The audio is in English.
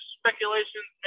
speculations